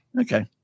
Okay